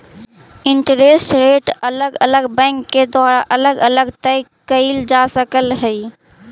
interest rate अलग अलग bank के द्वारा अलग अलग तय कईल जा सकऽ हई